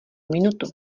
minutu